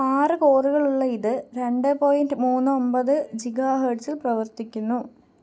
ആറ് കോറുകളുള്ള ഇത് രണ്ട് പോയിൻറ് മൂന്ന് ഒമ്പത് ജിഗാഹേട്സില് പ്രവർത്തിക്കുന്നു